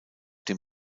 dem